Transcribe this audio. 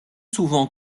souvent